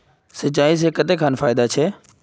सिंचाई से कते खान फायदा छै?